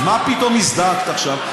אז מה פתאום הזדעקת עכשיו?